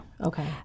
Okay